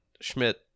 Schmidt